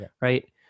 Right